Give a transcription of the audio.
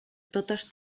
totes